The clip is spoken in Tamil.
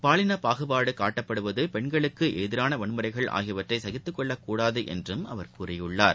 பாலினபாகுபாட்டப்படுவது பெண்களுக்குஎதிரானவன்முறைகள் ஆகியவற்றைசகித்துக்கொள்ளகூடாதுஎன்றும் அவர் கூறியுள்ளார்